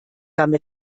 damit